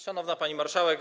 Szanowna Pani Marszałek!